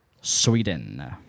Sweden